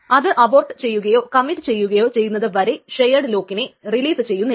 അത് അബോർട്ട് ചെയ്യുകയോ കമ്മിറ്റ് ചെയ്യുകയോ ചെയ്യുന്നതു വരെ ഷെയേട് ലോക്കിനെ റിലീസ് ചെയ്യുന്നില്ല